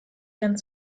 joan